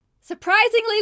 Surprisingly